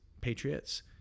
patriots